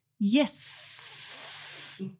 Yes